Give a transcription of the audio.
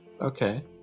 Okay